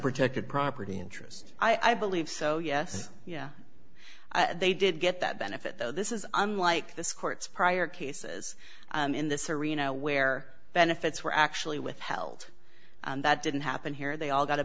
protected property interest i believe so yes yeah they did get that benefit though this is unlike this court's prior cases in this arena where benefits were actually withheld that didn't happen here they all got a